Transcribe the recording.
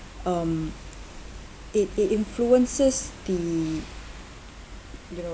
um it it influences the